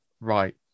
right